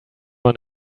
one